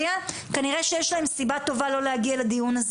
כנראה שיש להם סיבה טובה לא להגיע לזה.